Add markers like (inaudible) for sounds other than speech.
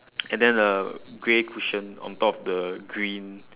(noise) and then the grey cushion on top of the green